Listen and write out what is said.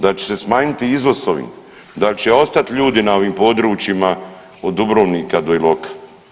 Da će se smanjiti izvoz s ovim, da će ostati ljudi na ovim područjima od Dubrovnika do Iloka?